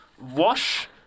wash